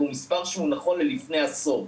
והוא נכון ללפני עשור.